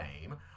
name